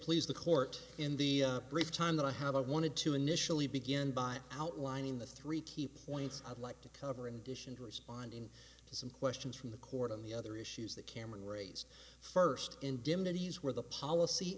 please the court in the brief time that i have i wanted to initially begin by outlining the three key points i'd like to cover in addition to responding to some questions from the court on the other issues that cameron raised first indemnities where the policy